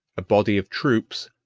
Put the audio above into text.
a body of troops,